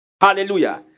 Hallelujah